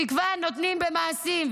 תקווה נותנים במעשים.